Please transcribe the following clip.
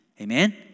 Amen